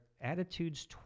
attitudes